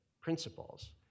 principles